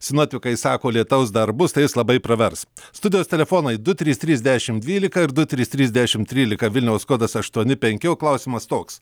sinoptikai sako lietaus dar bus tai jis labai pravers studijos telefonai du trys trys dešimt dvylika ir du trys trys dešimt trylika vilniaus kodas aštuoni penki o klausimas toks